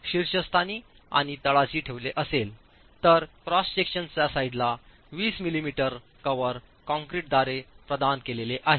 शीर्षस्थानी आणि तळाशी ठेवले असेल तर क्रॉस सेक्शनच्या साईडला 20 मिमी कव्हर कंक्रीटद्वारे प्रदान केलेले आहे